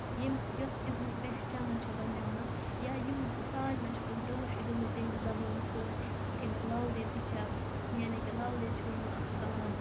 ییٚمِس یۄس تِہنز پہچان چھےٚ بَنیٚیمٕژ یا یِم سالمین چھِ تِم ٹٲٹھۍ گٔمٕتۍ تَمہِ زَبانہِ سۭتۍ یِتھ کَنۍ لل دید تہِ چھےٚ یعنی کہِ لل دید چھُ ووٚنمُت اکھ کَلام